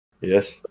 Yes